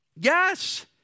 Yes